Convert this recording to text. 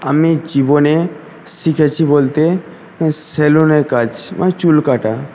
আমি জীবনে শিখেছি বলতে সেলুনে কাজ মানে চুল কাটা